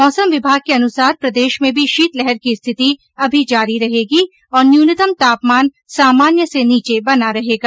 मौसम विभाग के अनुसार प्रदेश में भी शीतलहर की स्थिति अभी जारी रहेगी और न्यूनतम तापमान सामान्य से नीचे बना रहेगा